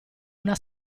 una